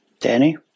Danny